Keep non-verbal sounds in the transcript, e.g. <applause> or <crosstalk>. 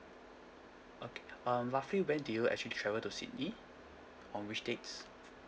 okay <breath> um roughly when did you actually travel to sydney on which dates